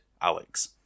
Alex